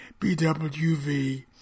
BWV